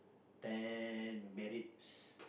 ten merits